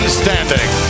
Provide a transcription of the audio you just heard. standing